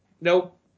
nope